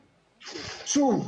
שוב,